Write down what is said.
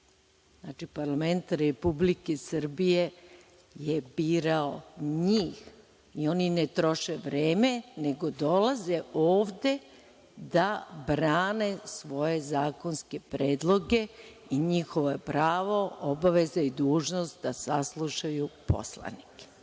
Znači, parlament Republike Srbije je birao njih i oni ne troše vreme, nego dolaze ovde da brane svoje zakonske predloge i njihovo je pravo, obaveza i dužnost da saslušaju poslanike.